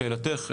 לשאלתך,